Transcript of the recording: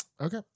Okay